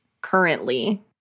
currently